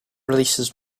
releases